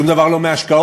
שום דבר לא מהשקעות.